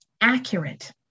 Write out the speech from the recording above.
accurate